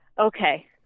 okay